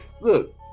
Look